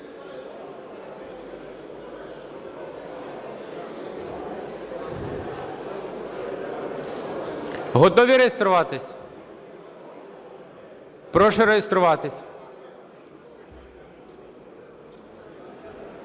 Готові реєструватися? Прошу реєструватися.